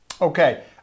Okay